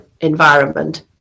environment